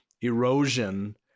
erosion